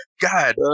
God